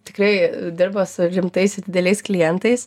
tikrai dirba su užimtais ir dideliais klientais